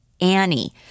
Annie